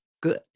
good